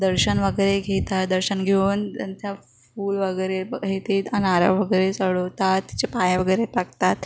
दर्शन वगैरे घेतात दर्शन घेऊन त्यांच्या फूल वगैरे हे ते नारळ वगैरे चढवतात त्याचे पाया वगैरे पाकतात